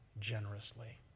generously